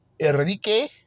Enrique